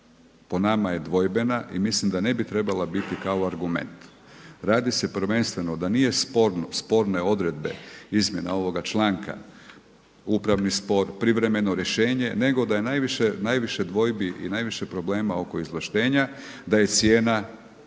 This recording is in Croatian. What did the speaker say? po nama je dvojbena i mislim da ne bi trebala biti kao argument. Radi se prvenstveno da nije sporne odredbe izmjena ovoga članka, upravni spor, privremeno rješenje nego da je najviše dvojbi i najviše problema oko izvlaštenja, da je cijena nekretnine